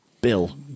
Bill